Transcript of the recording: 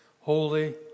Holy